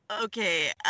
okay